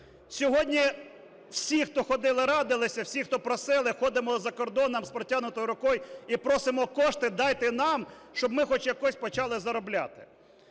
Сьогодні всі, хто ходили радилися, всі, хто просили, ходимо за кордоном з протягнутою рукою і просимо кошти, дайте нам, щоб ми хоч якось почали заробляти.